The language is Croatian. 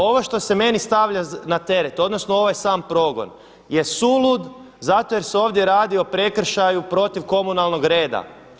Ovo što se meni stavlja na teret, odnosno ovaj sam progon je sulud, zato jer se ovdje radi o prekršaju protiv komunalnog reda.